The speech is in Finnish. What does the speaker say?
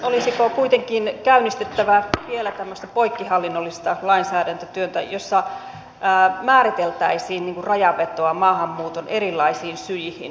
olisiko kuitenkin käynnistettävä vielä tämmöistä poikkihallinnollista lainsäädäntötyötä jossa määriteltäisiin rajanvetoa maahanmuuton erilaisiin syihin